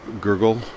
gurgle